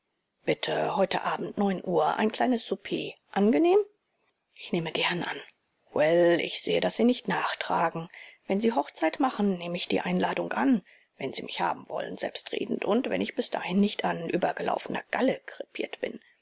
bitte heute abend neun uhr ein kleines souper angenehm ich nehme gern an well ich sehe daß sie nicht nachtragen wenn sie hochzeit machen nehme ich die einladung an wenn sie mich haben wollen selbstredend und wenn ich bis dahin nicht an übergelaufener galle krepiert bin